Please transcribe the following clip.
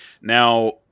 Now